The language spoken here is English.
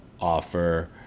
offer